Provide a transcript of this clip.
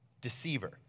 Deceiver